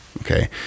okay